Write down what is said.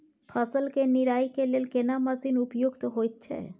फसल के निराई के लेल केना मसीन उपयुक्त होयत छै?